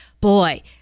boy